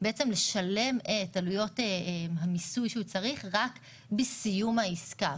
לשלם את עלויות המיסוי שהוא צריך רק בסיום העסקה.